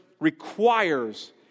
requires